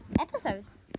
episodes